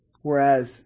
whereas